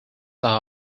are